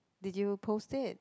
did you post it